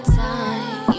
time